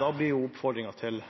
Da blir oppfordringen til